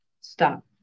Stop